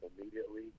immediately